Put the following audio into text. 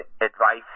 advice